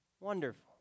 Wonderful